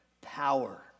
power